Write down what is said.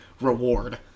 reward